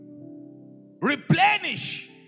replenish